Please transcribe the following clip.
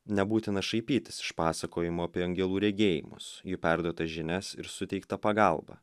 nebūtina šaipytis iš pasakojimo apie angelų regėjimus jų perduotas žinias ir suteiktą pagalbą